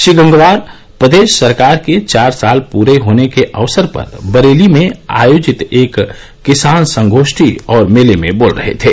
श्री गंगवार प्रदेश सरकार के चार साल पूरे होने के अवसर पर बरेली में आयोजित एक किसान संगोष्ठी और मेले में बोल रहे थे